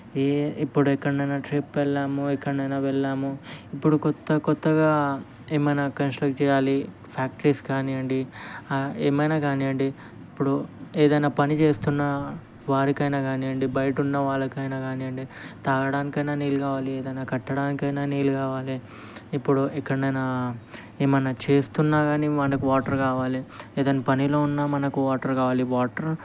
ఏ ఇప్పుడు ఎక్కడైనా ట్రిప్ వెళ్ళాము ఎక్కడైనా వెళ్ళాము ఇప్పుడు కొత్త కొత్తగా ఏమైనా కంస్ట్రక్ట్ చేయాలి ఫ్యాక్టరీస్ కానివ్వండి ఏమైనా కానివ్వండి ఇప్పుడు ఏదైనా పని చేస్తున్నా వారికైనా కానివ్వండి బయట ఉన్న వాళ్ళకైనా కానివ్వండి తాగడానికైనా నీళ్ళు కావాలి ఏదైనా కట్టడానికైనా నీళ్ళు కావాలి ఇప్పుడు ఎక్కడైనా ఏమైనా చేస్తున్నా కానీ మనకు వాటర్ కావాలి ఏదైనా పనిలో ఉన్నా మనకు వాటర్ కావాలి వాటర్